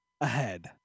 ahead